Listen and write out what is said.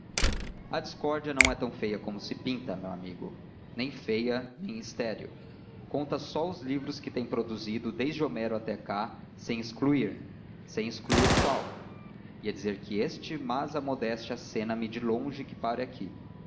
a discórdia não é tão feia como se pinta meu amigo nem feia nem estéril conta só os livros que tem produzido desde homero até cá sem excluir sem excluir qual ia dizer que este mas a modéstia acena me de longe que pare aqui